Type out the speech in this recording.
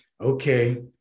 okay